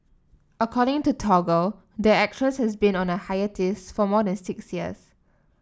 according to Toggle the actress has been on a hiatus for more than six years